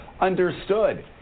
understood